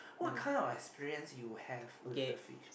what kind of experience you have with the fish